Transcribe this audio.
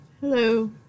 Hello